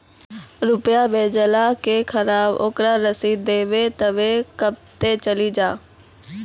रुपिया भेजाला के खराब ओकरा रसीद देबे तबे कब ते चली जा?